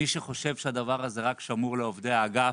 מי שחושב שהדבר הזה שמור רק לעובדי האגף